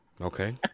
okay